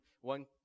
One